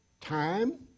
Time